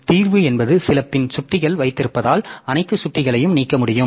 தீர்வு என்பது சில பின் சுட்டிகள் வைத்திருப்பதால் அனைத்து சுட்டிகளையும் நீக்க முடியும்